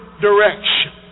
direction